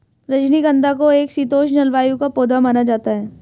रजनीगंधा को एक शीतोष्ण जलवायु का पौधा माना जाता है